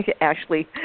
Ashley